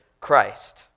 Christ